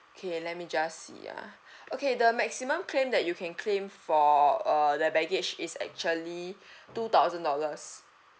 okay let me just see ah okay the maximum claim that you can claim for err the baggage is actually two thousand dollars